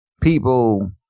people